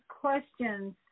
questions